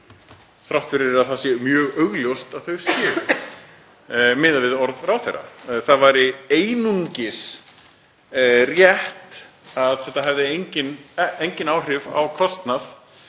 þrátt fyrir að það sé mjög augljóst að þau verði einhver miðað við orð ráðherra. Það væri einungis rétt að þetta hefði engin áhrif á fjárhag